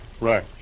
Right